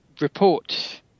report